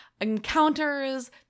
encounters